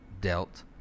dealt